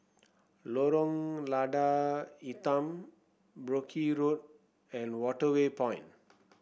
Lorong Lada Hitam Brooke Road and Waterway Point